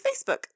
Facebook